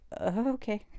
okay